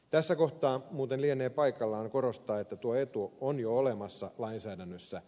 tässä kohtaa muuten lienee paikallaan korostaa että tuo etu on jo olemassa lainsäädännössä